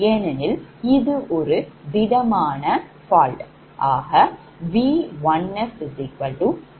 ஏனெனில் இது ஒரு திடமான fault